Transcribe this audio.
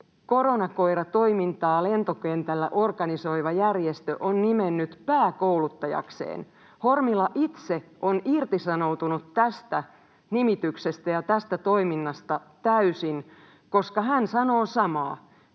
koronakoiratoimintaa lentokentällä organisoiva järjestö on nimennyt pääkouluttajakseen. Hormila itse on irtisanoutunut tästä nimityksestä ja tästä toiminnasta täysin, koska hän sanoo samaa: